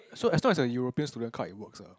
so as long as a European student card it works ah